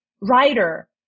writer